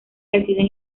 deciden